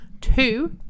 two